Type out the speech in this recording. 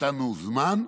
נתנו זמן,